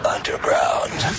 Underground